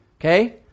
Okay